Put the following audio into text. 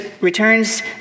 returns